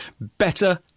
Better